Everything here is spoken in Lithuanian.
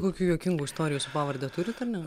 kokių juokingų istorijų su pavarde turit ar ne